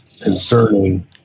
concerning